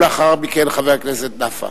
ולאחר מכן חבר הכנסת נפאע.